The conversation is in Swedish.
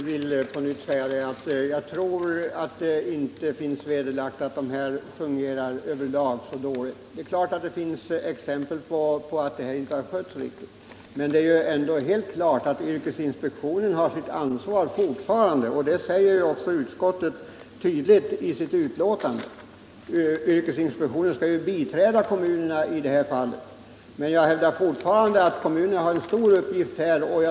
Herr talman! Jag tror inte att det är klarlagt att tillsynen från kommunerna över lag fungerar dåligt. Det finns naturligtvis exempel på att den inte har skötts riktigt, men det är helt klart att yrkesinspektionen fortfarande har huvudansvaret för tillsynen, det säger utskottet tydligt i sitt betänkande. Yrkesinspektionen skall biträda kommunerna i det här avseendet. Men jag hävdar fortfarande att kommunerna har en stor uppgift att fylla.